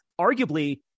arguably